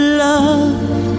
love